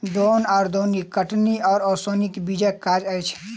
दौन वा दौनी कटनी आ ओसौनीक बीचक काज अछि